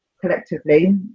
collectively